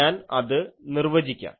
ഞാൻ അത് നിർവചിക്കാം